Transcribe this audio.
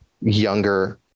younger